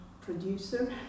producer